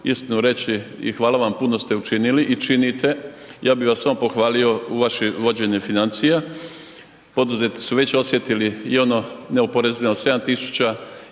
istinu reći i hvala vam puno ste učinili i činite. Ja bih vas samo pohvalio u vašem vođenju financija. Poduzetnici su već osjetili i ono neoporezivo 7 tisuća